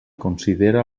considere